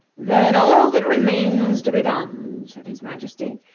then all that remains to be done, said his majesty,